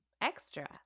extra